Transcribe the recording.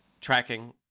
Tracking